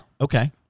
Okay